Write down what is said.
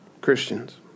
Christians